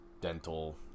dental